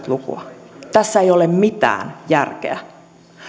lukua tässä ei ole mitään järkeä